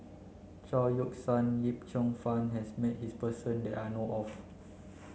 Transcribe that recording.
Chao Yoke San Yip Cheong Fun has met his person that I know of